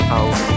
out